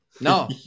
no